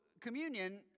communion